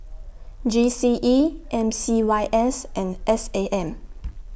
G C E M C Y S and S A M